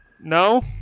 No